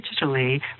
digitally